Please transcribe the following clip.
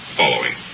following